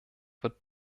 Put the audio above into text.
wird